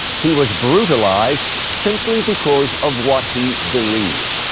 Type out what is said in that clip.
he was brutalized simply because of what he believed.